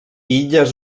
illes